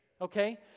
okay